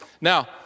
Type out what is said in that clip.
Now